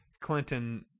Clinton